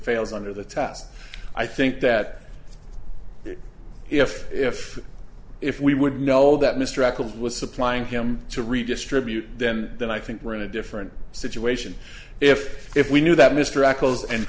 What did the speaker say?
fails under the test i think that if if if we would know that mr eccles was supplying him to redistribute them then i think we're in a different situation if if we knew that mr echo's and